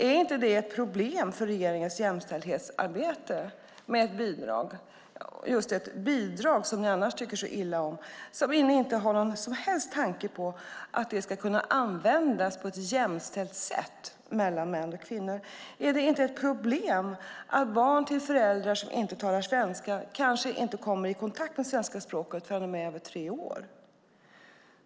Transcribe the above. Är det inte ett problem för regeringens jämställdhetsarbete med ett bidrag? Bidrag tycker ni annars så illa om. Men ni har inte någon som helst tanke på att det ska kunna användas på ett jämställt sätt mellan män och kvinnor. Är det inte ett problem att barn till föräldrar som inte talar svenska kanske inte kommer i kontakt med svenska språket förrän de är över tre år?